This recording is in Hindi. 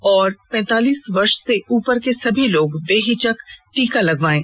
और पैंतालीस वर्ष से उपर के सभी लोग बेहिचक टीका लगवायें